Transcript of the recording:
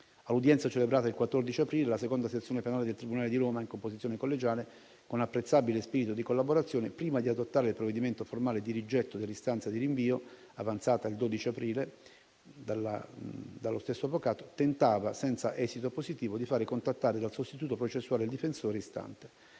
Nell'udienza celebrata il 14 aprile la II sezione penale del tribunale di Roma in composizione collegiale, con apprezzabile spirito di collaborazione, prima di adottare il provvedimento formale di rigetto dell'istanza di rinvio, avanzata il 12 aprile dallo stesso avvocato, tentava, senza esito positivo, di fare contattare dal sostituto processuale il difensore istante.